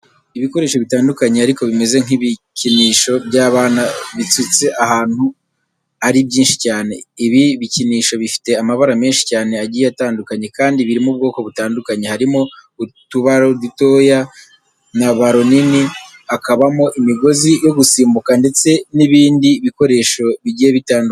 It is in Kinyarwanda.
Ibikoresho bitandukanye ariko bimeze nk'ibikinisho by'abana bisutse ahantu ari byinshi cyane. Ibi bikinisho bifite amabara menshi cyane agiye atandukanye kandi birimo ubwoko butandukanye. Harimo utubaro dutoya na baro nini, hakabamo imigozi yo gusimbuka ndetse n'ibindi bikoresho bigiye bitandukanye.